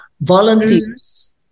volunteers